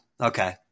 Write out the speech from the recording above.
Okay